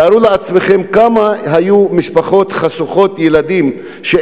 תארו לעצמכם כמה משפחות חשוכות ילדים היו,